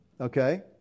Okay